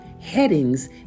headings